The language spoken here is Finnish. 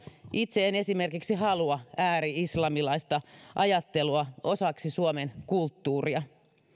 itse en halua esimerkiksi ääri islamilaista ajattelua osaksi suomen kulttuuria